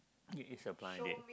it is a blind date